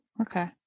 Okay